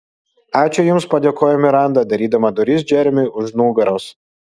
ačiū jums padėkojo miranda darydama duris džeremiui už nugaros